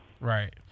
Right